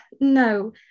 no